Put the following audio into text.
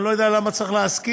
אני לא יודע למה צריך להסכים,